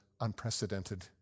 unprecedented